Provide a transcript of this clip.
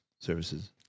services